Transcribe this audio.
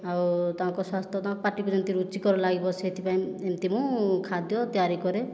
ଆଉ ତାଙ୍କ ସ୍ୱାସ୍ଥ୍ୟ ତାଙ୍କ ପାଟିକୁ ଯେମିତି ରୁଚିକର ଲାଗିବ ସେଥିପାଇଁ ଏମିତି ମୁଁ ଖାଦ୍ୟ ତିଆରି କରେ